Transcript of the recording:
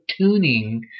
tuning